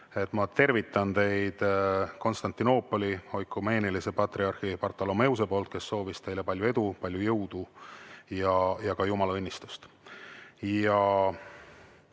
mul tervitada teid Konstantinoopoli oikumeenilise patriarhi Bartolomeuse poolt, kes soovis teile palju edu, palju jõudu ja ka Jumala õnnistust.